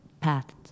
paths